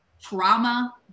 trauma